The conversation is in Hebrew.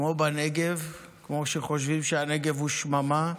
כמו בנגב, כמו שחושבים שהנגב הוא שממה,